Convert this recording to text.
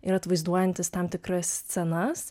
ir atvaizduojantis tam tikras scenas